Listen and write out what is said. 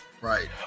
right